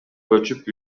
көчүп